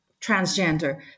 transgender